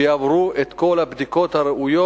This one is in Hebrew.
שהם עברו את כל הבדיקות הראויות